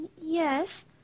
Yes